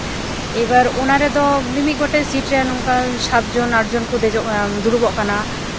ᱮᱭᱵᱟᱨ ᱚᱱᱟ ᱨᱮᱫᱚ ᱢᱤᱢᱤᱫ ᱜᱚᱴᱮᱱ ᱥᱤᱴ ᱨᱮ ᱱᱚᱝᱠᱟ ᱥᱟᱛᱡᱚᱱ ᱟᱴᱡᱚᱱ ᱠᱚ ᱫᱮᱡᱚᱜᱼᱟ ᱫᱩᱲᱩᱵᱚᱜ ᱠᱟᱱᱟ